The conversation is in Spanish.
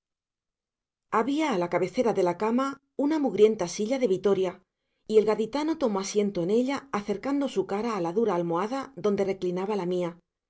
había a la cabecera de la cama una mugrienta silla de vitoria y el gaditano tomó asiento en ella acercando su cara a la dura almohada donde reclinaba la mía